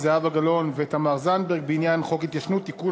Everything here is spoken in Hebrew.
חוק ההתיישנות (תיקון,